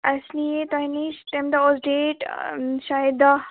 اسہِ نِیے تۄہہِ نِش تَمہِ دۄہ اوس ڈیٹ ٲں شاید دَہ